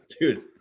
Dude